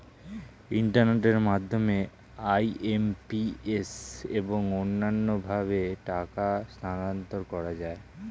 ইন্টারনেটের মাধ্যমে আই.এম.পি.এস এবং অন্যান্য ভাবে টাকা স্থানান্তর করা যায়